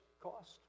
cost